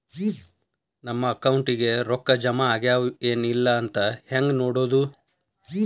ನಮ್ಮ ಅಕೌಂಟಿಗೆ ರೊಕ್ಕ ಜಮಾ ಆಗ್ಯಾವ ಏನ್ ಇಲ್ಲ ಅಂತ ಹೆಂಗ್ ನೋಡೋದು?